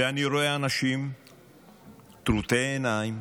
ואני רואה אנשים טרוטי עיניים